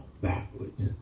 backwards